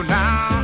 now